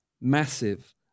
Massive